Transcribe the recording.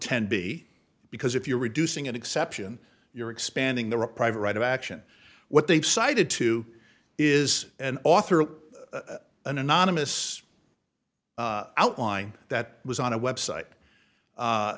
ten b because if you're reducing an exception you're expanding the reprise right of action what they've cited too is an author of an anonymous outline that was on a website a